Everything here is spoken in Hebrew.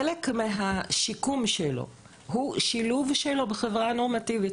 חלק מהשיקום שלו הוא שילוב שלו בחברה הנורמטיבית,